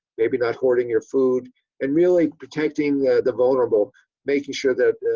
maybe not hoarding your food and really protecting the vulnerable making sure that